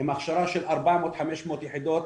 עם הכשרה של 400-500 יחידות,